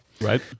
Right